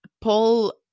Paul